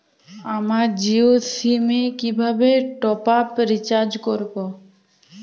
আমার জিও সিম এ কিভাবে টপ আপ রিচার্জ করবো?